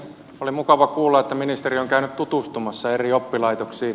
oli mukava kuulla että ministeri on käynyt tutustumassa eri oppilaitoksiin